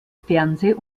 fernseh